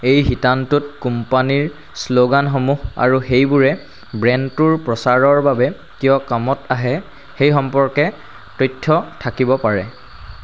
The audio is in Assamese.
এই শিতানটোত কোম্পানীৰ শ্লোগানসমূহ আৰু সেইবোৰে ব্ৰেণ্ডটোৰ প্ৰচাৰৰ বাবে কিয় কামত আহে সেই সম্পৰ্কে তথ্য থাকিব পাৰে